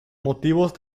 motivos